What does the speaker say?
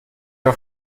auf